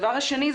בנוסף,